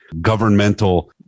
governmental